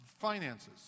finances